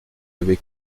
avait